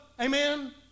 amen